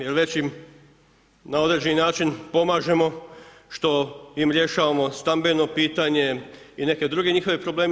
Jer već im na određeni način pomažemo što im rješavamo stambeno pitanje i neke druge njihove probleme.